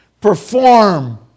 perform